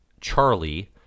Charlie